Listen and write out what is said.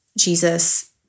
Jesus